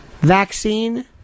vaccine